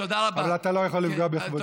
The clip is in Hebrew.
אבל אתה לא יכול לפגוע בכבודי.